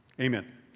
Amen